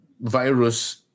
virus